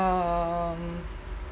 um